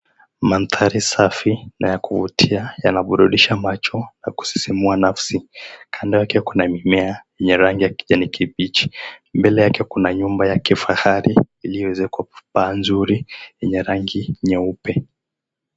Mandari safi na ya kuvutia, yanaburudisha macho na kusisimua nafsi. Kando yake kuna mimea, yenye rangi ya kijani kibichi. Mbele yake kuna nyumba ya kifahari, iliyoezekwa paa nzuri yenye rangi nyeupe.